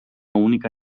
única